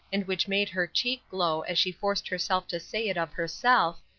and which made her cheek glow as she forced herself to say it of herself,